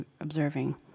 observing